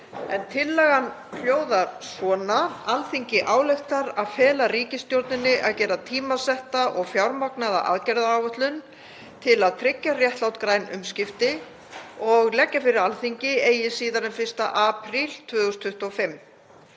Tillagan hljóðar svona: „Alþingi ályktar að fela ríkisstjórninni að gera tímasetta og fjármagnaða aðgerðaáætlun til að tryggja réttlát græn umskipti og leggja fyrir Alþingi eigi síðar en 1. apríl 2025.